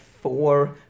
four